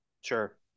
sure